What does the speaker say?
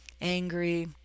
angry